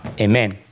Amen